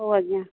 ହଉ ଆଜ୍ଞା